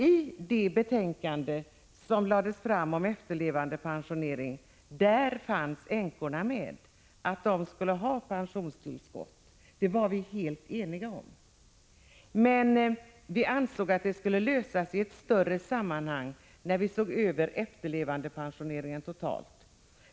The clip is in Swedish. I det betänkande som lades fram om efterlevandepensionering fanns det med att änkorna skulle ha pensionstillskott. Det var vi helt eniga om. Men vi ansåg att den frågan skulle lösas i ett större sammanhang, i samband med att man såg över efterlevandepensioneringen totalt.